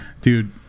Dude